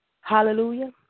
Hallelujah